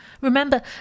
Remember